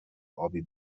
ابی